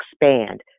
expand